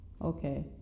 Okay